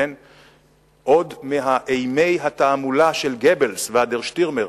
עוד מאימי התעמולה של גבלס וה"דר שטירמר",